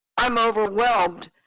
i'm overwhelmed,